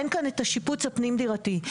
אין כאן את השיפוץ הפנים דירתי.